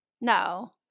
no